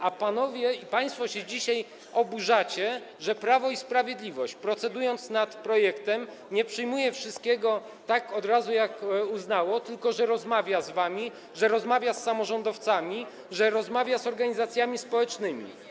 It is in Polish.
A państwo się dzisiaj oburzacie, że Prawo i Sprawiedliwość, procedując nad projektem, nie przyjmuje wszystkiego od razu, zgodnie z tym, co uzna, tylko że rozmawia z wami, że rozmawia z samorządowcami, że rozmawia z organizacjami społecznymi.